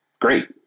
great